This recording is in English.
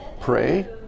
Pray